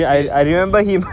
three years to boys school